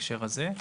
בהקשר הזה.